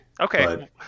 Okay